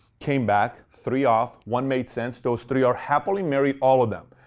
came back, three off, one made sense. those three are happily married, all of them.